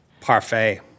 Parfait